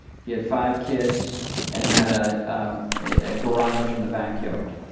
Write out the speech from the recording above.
he had five kids and he had ah a garage in the backyard.